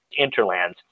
Interlands